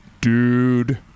DUDE